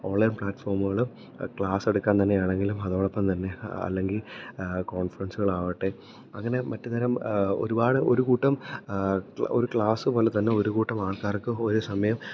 online പ്ലാറ്റ്ഫോമുകള് class എടുക്കാൻ തന്നെയാണെങ്കിലും അതോടൊപ്പം തന്നെ അല്ലെങ്കില് കോൺഫറൻസുകളാവട്ടെ അങ്ങനെ മറ്റു തരം ഒരുപാട് ഒരു കൂട്ടം ഒരു ക്ലാസ് പോലെ തന്നെ ഒരു കൂട്ടം ആൾക്കാർക്ക് ഒരു സമയം